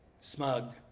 smug